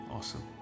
Awesome